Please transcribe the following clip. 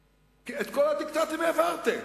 כי את כל הדיקטטים העברתם,